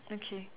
okay